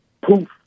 Poof